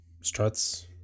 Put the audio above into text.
struts